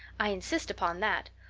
i insist upon that.